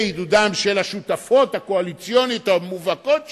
בעידודן של השותפות הקואליציוניות המובהקות שלנו,